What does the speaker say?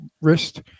wrist